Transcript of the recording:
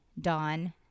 Dawn